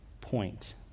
point